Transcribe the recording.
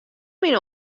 myn